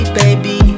baby